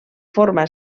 forma